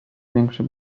większy